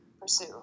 pursue